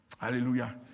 Hallelujah